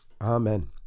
Amen